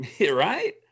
Right